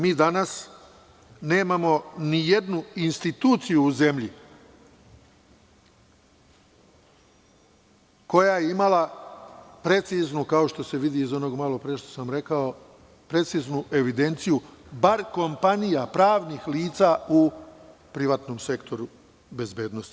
Mi danas nemamo nijednu instituciju u zemlji koja je imala preciznu, kao što se vidi iz onoga što sam malopre rekao, evidenciju bar kompanija, pravnih lica u privatnom sektoru bezbednosti.